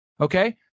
okay